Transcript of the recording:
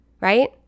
right